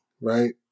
right